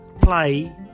play